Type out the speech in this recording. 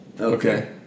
Okay